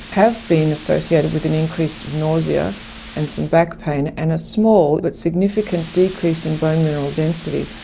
have been associated with an increase of nausea and some back pain and a small but significant decrease in bone mineral density.